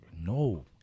no